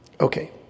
okay